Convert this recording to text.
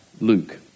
Luke